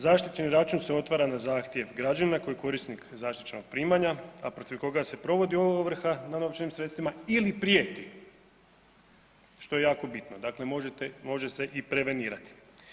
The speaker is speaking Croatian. Zaštićeni račun se otvara na zahtjev građanina koji je korisnik zaštićenog primanja, a protiv koga se provodi ovrha na novčanim sredstvima ili prijeti, što je jako bitno, dakle može se i prevenirati.